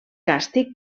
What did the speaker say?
càstig